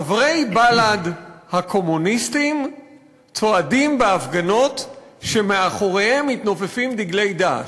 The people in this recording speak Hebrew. חברי בל"ד הקומוניסטים צועדים בהפגנות כשמאחוריהם מתנופפים דגלי "דאעש".